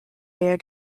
rear